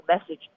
message